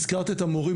הזכרת את המורים,